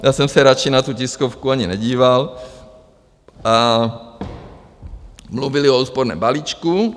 Já jsem se radši na tu tiskovku ani nedíval, a mluvili o úsporném balíčku.